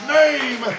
name